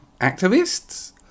activists